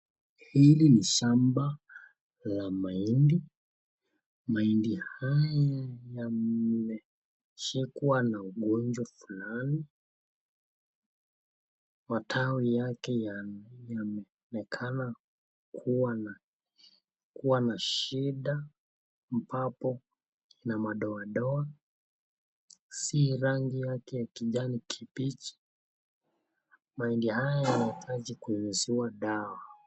Hili ni shamba la mahindi. Mahindi haya yameshikwa na ugonjwa fulani. Matawi yake yanaonekana kuwa na shida ambapo kuna madoa doa sio rangi yake ya kijani kibichi. Mahindi haya yanahitaji kunyunyuziwa dawa.